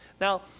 Now